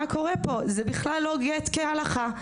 זה בכלל לא גט כהלכה,